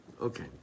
okay